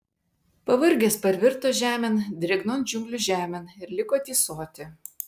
pavargęs parvirto žemėn drėgnon džiunglių žemėn ir liko tysoti